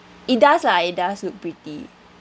it does lah it does look pretty